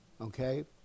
Okay